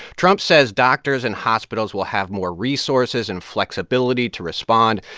trump says doctors and hospitals will have more resources and flexibility to respond,